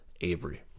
Avery